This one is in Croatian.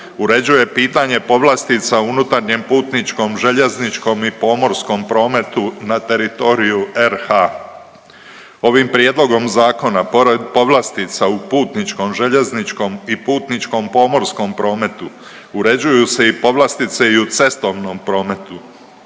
uređuje pitanje povlastica u unutarnjem putničkom, željezničkom i pomorskom prometu na teritoriju RH. Ovim Prijedlogom zakona, pored povlastica u putničkom, željezničkom i putničkom pomorskom prometu, uređuju se i povlastice i u cestovnom prometu.